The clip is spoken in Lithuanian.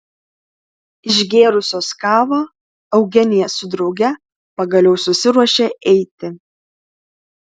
išgėrusios kavą eugenija su drauge pagaliau susiruošė eiti